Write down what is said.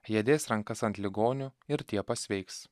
jie dės rankas ant ligonių ir tie pasveiks